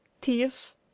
tears